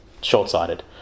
short-sighted